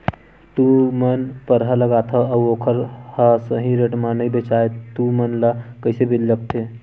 तू मन परहा लगाथव अउ ओखर हा सही रेट मा नई बेचवाए तू मन ला कइसे लगथे?